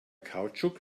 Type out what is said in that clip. kautschuk